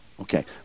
Okay